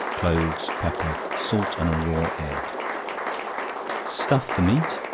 cloves, pepper, salt and a raw egg stuff the meat,